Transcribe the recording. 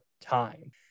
time